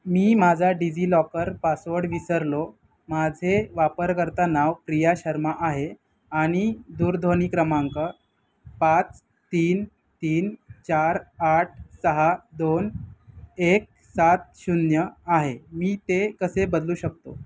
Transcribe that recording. मी माझा DigiLocker password विसरलो माझे वापरकर्ता नाव प्रिया शर्मा आहे आणि दूरध्वनी क्रमांक पाच तीन तीन चार आठ सहा दोन एक सात शून्य आहे मी ते कसे बदलू शकतो